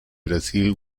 brasil